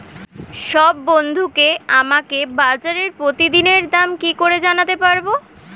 সব বন্ধুকে আমাকে বাজারের প্রতিদিনের দাম কি করে জানাতে পারবো?